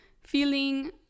feeling